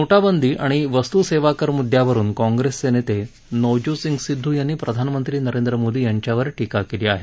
नोटाबंदी आणि वस्तूसेवाकर मुद्दयावरुन काँग्रेस नेते नवज्योतसिंग सिद्धू यांनी प्रधानमंत्री नरेंद्र मोदी यांच्यावर टीका केली आहे